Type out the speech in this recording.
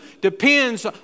depends